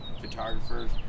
photographers